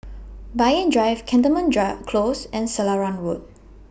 Banyan Drive Cantonment Close and Selarang Road